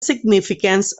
significance